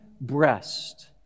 breast